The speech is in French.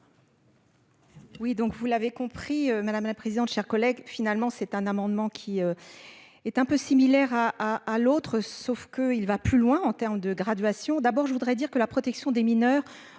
Oui, donc vous l'avez compris, madame la présidente, chers collègues, finalement c'est un amendement qui. Est un peu similaire à à à l'autre, sauf que il va plus loin en termes de graduation, d'abord je voudrais dire que la protection des mineurs